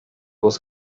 was